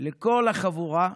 לכל החבורה,